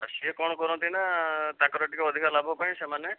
ତ ସିଏ କ'ଣ କରନ୍ତି ନା ତାଙ୍କର ଟିକେ ଅଧିକା ଲାଭ ପାଇଁ ସେମାନେ